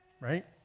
right